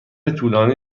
طولانی